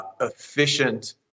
efficient